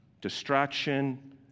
distraction